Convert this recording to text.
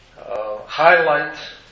highlight